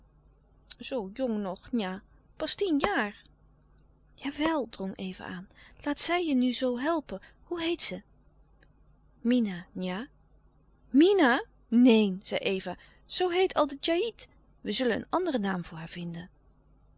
zoo jong nog nja pas tien jaar jawel drong eva aan laat zij je nu zoo helpen hoe heet ze mina nja mina neen zei eva zoo heet al de djaït we zullen een anderen naam voor haar vinden